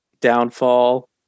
downfall